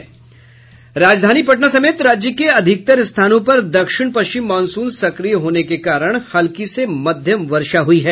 राजधानी पटना समेत राज्य के अधिकतर स्थानों पर दक्षिण पश्चिम मानसून सक्रिय होने के कारण हल्की से मध्यम वर्षा हुई है